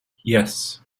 yes